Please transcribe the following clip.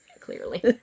clearly